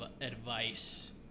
advice